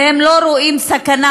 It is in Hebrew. והם לא רואים סכנה,